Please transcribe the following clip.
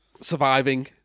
Surviving